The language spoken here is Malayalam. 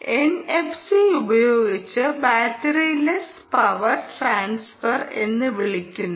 എൻഎഫ്സി ഉപയോഗിച്ച് ബാറ്ററി ലെസ് പവർ ട്രാൻസ്ഫർ എന്ന് വിളിക്കുന്നു